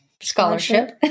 scholarship